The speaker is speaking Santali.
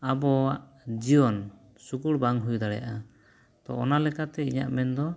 ᱟᱵᱚᱣᱟᱜ ᱡᱤᱭᱚᱱ ᱥᱩᱜᱩᱲ ᱵᱟᱝ ᱦᱩᱭ ᱫᱟᱲᱮᱭᱟᱜᱼᱟ ᱛᱚ ᱚᱱᱟ ᱞᱮᱠᱟᱛᱮ ᱤᱧᱟᱹᱜ ᱢᱮᱱ ᱫᱚ